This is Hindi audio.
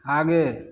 आगे